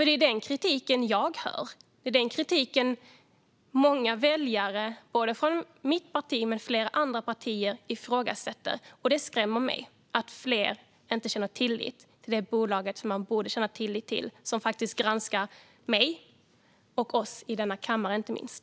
Det är denna kritik jag hör, och det är denna kritik många väljare - både från mitt parti och från flera andra partier - riktar. Det skrämmer mig att inte fler känner tillit till det bolag som de borde känna tillit till, som faktiskt granskar mig och oss i denna kammare, inte minst.